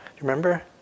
remember